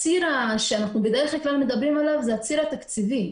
הציר שאנחנו בדרך כלל מדברים עליו הוא הציר התקציבי,